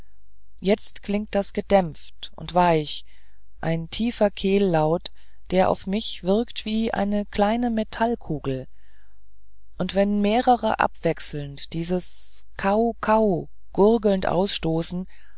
jetzt klingt das gedämpft und weich ein tiefer kehllaut der auf mich wirkt wie eine kleine metallkugel und wenn mehrere abwechselnd dieses kau kau gurgelnd ausstoßen